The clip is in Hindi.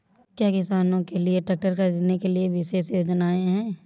क्या किसानों के लिए ट्रैक्टर खरीदने के लिए विशेष योजनाएं हैं?